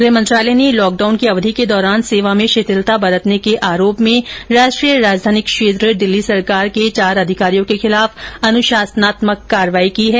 गृह मंत्रालय ने लॉकडाउन की अवधि के दौरान सेवा में शिथिलता बरतने के आरोप में राष्ट्रीय राजधानी क्षेत्र दिल्ली सरकार के चार अधिकारियों के खिलाफ अनुशासनात्मक कार्रवाई की है